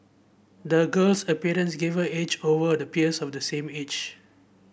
the girl's experience gave her edge over the peers of the same age